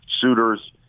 suitors